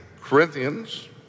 Corinthians